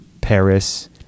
Paris